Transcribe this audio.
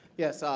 yes,